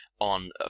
on